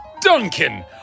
Duncan